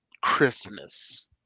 Christmas